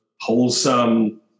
wholesome